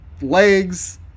legs